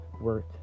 work